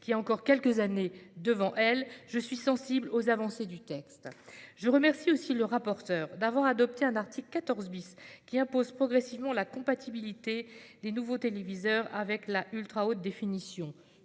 qui a encore quelques années devant elle, je suis sensible aux avancées que comporte le texte à cet égard. Je remercie aussi le rapporteur d'avoir prévu un article 14 qui impose progressivement la compatibilité des nouveaux téléviseurs avec l'ultra-haute définition